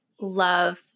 love